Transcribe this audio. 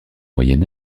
moyen